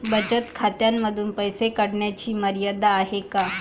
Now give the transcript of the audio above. बचत खात्यांमधून पैसे काढण्याची मर्यादा आहे का?